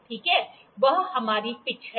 ठीक है वह हमारी पिच है